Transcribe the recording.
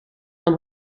dan